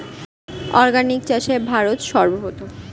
organic চাষে ভারত সর্বপ্রথম